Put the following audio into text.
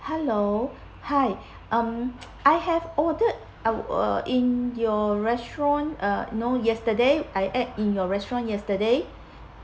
hello hi um I have ordered uh in your restaurant uh know yesterday I ate in your restaurant yesterday